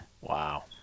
Wow